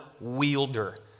wielder